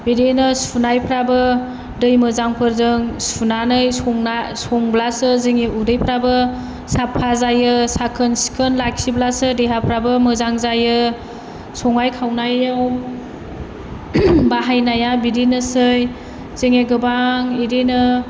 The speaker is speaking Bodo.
बिदिनो सुनायफ्राबो दै मोजांफोरजों सुनानै संनाय संब्लासो जोंनि उदैफ्राबो साफा जायो साखोन सिखोन लाखिब्लासो देहाफ्राबो मोजां जायो संनाय खावनायाव बाहायनाया बिदिनोसै जोंनि गोबां बिदिनो